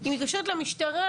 היא מתקשרת למשטרה,